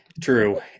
true